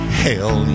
hell